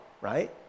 right